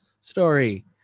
story